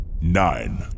nine